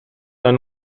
eine